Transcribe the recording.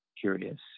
curious